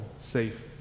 safe